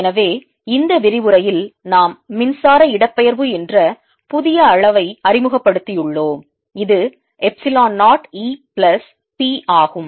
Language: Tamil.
எனவே இந்த விரிவுரையில் நாம் மின்சார இடப்பெயர்வு என்ற புதிய அளவை அறிமுகப்படுத்தியுள்ளோம் இது எப்சிலோன் 0 E பிளஸ் P ஆகும்